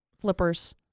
flippers